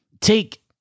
take